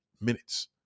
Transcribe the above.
minutes